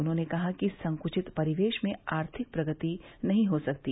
उन्होंने कहा कि संकुचित परिवेश में आर्थिक प्रगति नहीं हो सकती